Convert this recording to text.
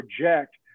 project